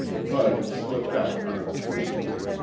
bud slipped out unobtrusively,